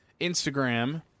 Instagram